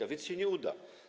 A więc się nie uda.